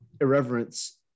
irreverence